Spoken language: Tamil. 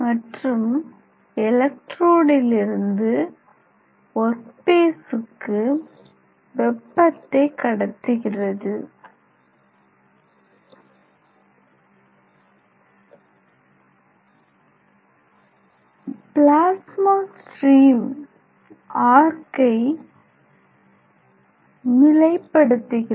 மற்றும் எலெக்ட்ரோடிலிருந்து ஒர்க் பீஸுக்கு வெப்பத்தை கடத்துகிறது பிளாஸ்மா ஸ்ட்ரீம் ஆர்க்கை நிலைப்படுத்துகிறது